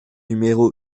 numéro